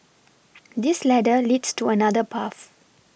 this ladder leads to another path